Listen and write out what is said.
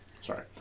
Sorry